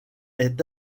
est